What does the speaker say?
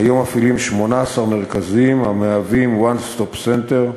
כיום מופעלים 18 מרכזים המהווים "One-Stop Center"